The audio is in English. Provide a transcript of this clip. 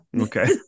okay